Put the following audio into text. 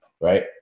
Right